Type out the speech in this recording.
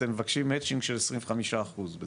אתם מבקשים מצ'ינג של 25 אחוז.